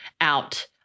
out